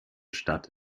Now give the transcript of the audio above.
stadt